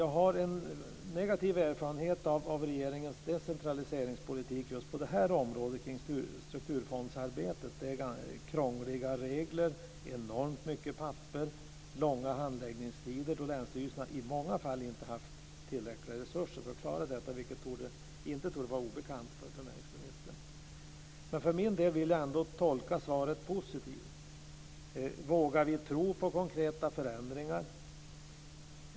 Jag har en negativ erfarenhet av regeringens decentraliseringspolitik på just det här området och kring strukturfondsarbetet. Reglerna är krångliga. Det är enormt mycket papper. Det är långa handläggningstider eftersom länsstyrelserna i många fall inte haft tillräckliga resurser för att klara detta, vilket inte torde vara obekant för näringsministern. Jag vill ändå tolka svaret positivt. Men vågar vi tro på konkreta förändringar?